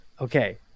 Okay